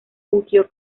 fungió